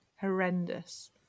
horrendous